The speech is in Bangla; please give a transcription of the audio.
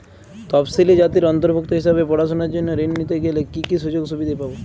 তফসিলি জাতির অন্তর্ভুক্ত হিসাবে পড়াশুনার জন্য ঋণ নিতে গেলে কী কী সুযোগ সুবিধে পাব?